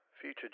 future